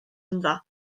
ynddo